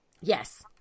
Yes